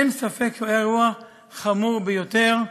אין ספק שהיה אירוע חמור ביותר,